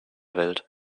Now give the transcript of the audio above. welt